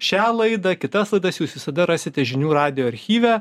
šią laidą kitas laidas jūs visada rasite žinių radijo archyve